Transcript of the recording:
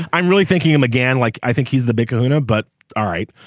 i'm really thanking him again like i think he's the big kahuna but all right.